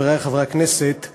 חברי חברי הכנסת,